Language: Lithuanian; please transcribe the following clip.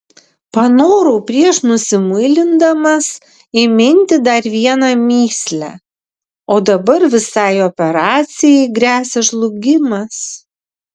panorau prieš nusimuilindamas įminti dar vieną mįslę o dabar visai operacijai gresia žlugimas